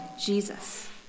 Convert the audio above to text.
Jesus